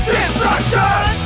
Destruction